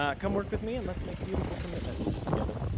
ah come work with me and let's make beautiful commit messages together.